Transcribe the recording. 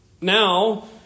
Now